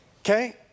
Okay